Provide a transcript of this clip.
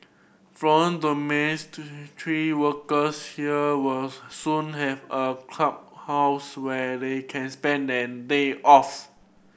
foreign workers here will soon have a clubhouse where they can spend their day off